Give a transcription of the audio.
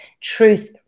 truth